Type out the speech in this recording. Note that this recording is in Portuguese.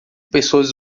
pessoas